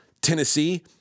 Tennessee